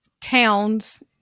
towns